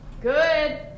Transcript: good